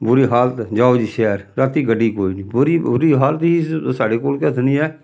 बुरी हालत जाओ जी शैह्र रातीं गड्डी कोई निं बुरी बुरी हालत ही साढ़े कोल कथनी ऐ